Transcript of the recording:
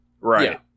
Right